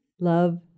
love